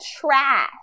trash